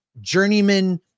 journeyman